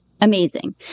Amazing